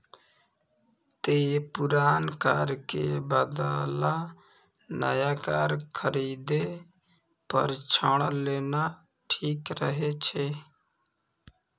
तें पुरान कार के बदला नया कार खरीदै पर ऋण लेना ठीक रहै छै